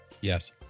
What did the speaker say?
Yes